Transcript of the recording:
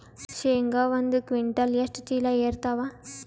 ಶೇಂಗಾ ಒಂದ ಕ್ವಿಂಟಾಲ್ ಎಷ್ಟ ಚೀಲ ಎರತ್ತಾವಾ?